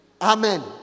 Amen